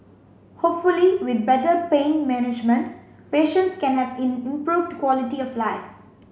hopefully with better pain management patients can have in improved quality of life